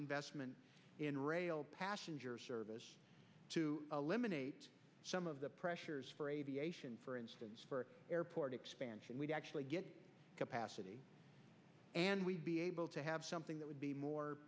investment in rail passenger service to eliminate some of the pressures for aviation for instance for airport expansion we actually get capacity and we'd be able to have something that would be more